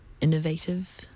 innovative